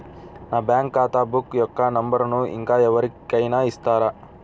నా బ్యాంక్ ఖాతా బుక్ యొక్క నంబరును ఇంకా ఎవరి కైనా ఇస్తారా?